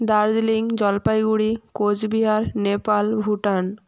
Darjeeling Jalpaiguri Coochbehar Nepal Bhutan